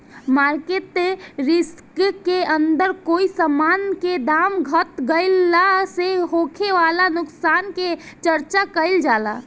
market risk के अंदर कोई समान के दाम घट गइला से होखे वाला नुकसान के चर्चा काइल जाला